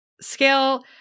scale